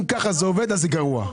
אם כך זה עובד, זה גרוע.